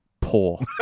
poor